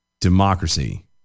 democracy